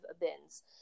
bins